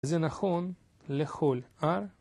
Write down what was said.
זה נכון לכל R